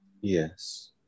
Yes